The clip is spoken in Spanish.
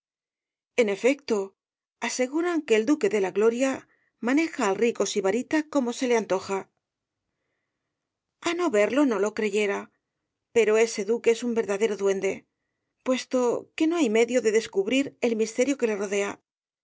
en efecto aseguran que el duque de la gloria maneja al rico sibarita como se le antoja a no verlo no lo creyera pero ese duque es un verdadero duende puesto que no hay medio de descubrir el misterio que le rodea grandes diplomáticos y